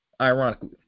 ironically